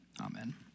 Amen